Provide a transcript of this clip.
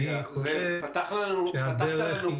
אנחנו שמים את תג המטרה ל-100.